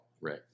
Right